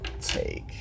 take